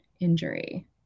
injury